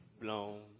blown